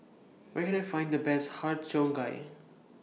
Where Can I Find The Best Har Cheong Gai